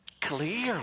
clearly